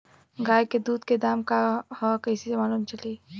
गाय के दूध के दाम का ह कइसे मालूम चली?